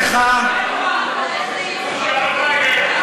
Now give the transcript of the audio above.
איזה איום.